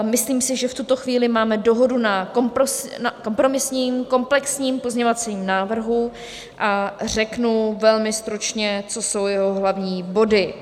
Myslím si, že v tuto chvíli máme dohodu na kompromisním komplexním pozměňovacím návrhu a řeknu velmi stručně, co jsou jeho hlavní body.